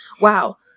wow